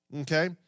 okay